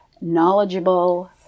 knowledgeable